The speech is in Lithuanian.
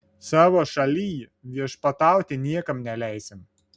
savo šalyj viešpatauti niekam neleisim